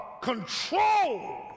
control